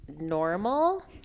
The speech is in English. normal